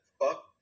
fuck